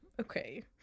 okay